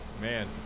Man